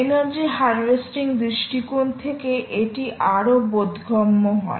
energy harvesting দৃষ্টিকোণ থেকে এটি আরও বোধগম্য হয়